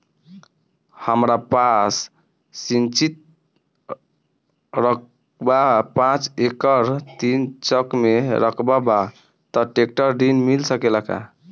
हमरा पास सिंचित रकबा पांच एकड़ तीन चक में रकबा बा त ट्रेक्टर ऋण मिल सकेला का?